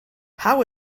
how